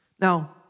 Now